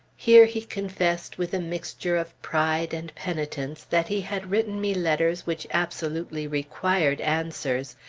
here he confessed, with a mixture of pride and penitence, that he had written me letters which absolutely required answers,